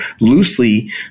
loosely